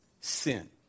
sin